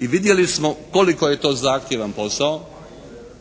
i vidjeli smo koliko je to zahtjevan posao,